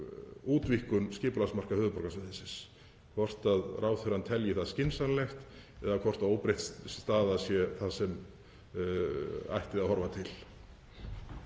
útvíkkun skipulagsmarka höfuðborgarsvæðisins, hvort ráðherrann telji það skynsamlegt eða hvort óbreytt staða sé það sem ætti að horfa til.